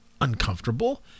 uncomfortable